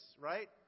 right